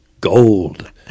gold